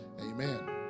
Amen